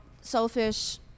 selfish